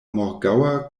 morgaŭa